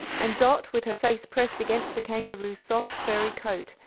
and dot, with her face pressed against the kangaroo's soft furry coat,